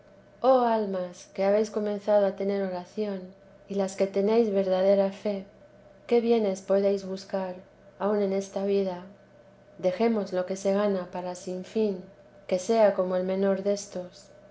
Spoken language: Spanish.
almas que habéis comenzado a tener oración y las que tenéis verdadera fe qué bienes podéis buscar aun en esta v dejemos lo que se gana para sin fin que sea con menor destos